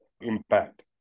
impact